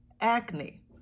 acne